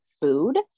food